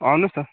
आउनुहोस न्